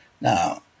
Now